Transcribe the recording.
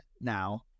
now